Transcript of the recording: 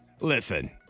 Listen